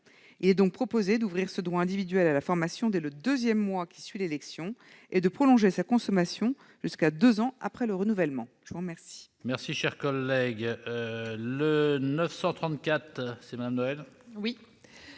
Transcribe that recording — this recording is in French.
Nous proposons d'ouvrir ce droit individuel à la formation dès le deuxième mois suivant l'élection et de prolonger sa consommation jusqu'à deux ans après le renouvellement. L'amendement